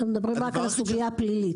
אתם מדברים רק על הסוגיה הפלילית.